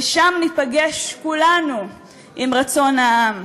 ושם ניפגש כולנו עם רצון העם,